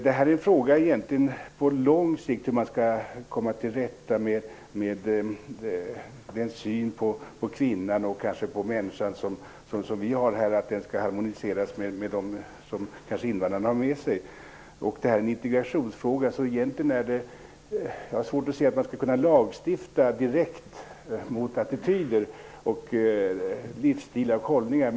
Det här är egentligen en fråga om hur man på lång sikt skall kunna harmonisera vår syn på kvinnan och, kanske, människan med den som invandrarna kan ha med sig. Det här är en integrationsfråga. Jag har svårt att se att man skulle kunna lagstifta direkt mot attityder, livsstilar och hållningar.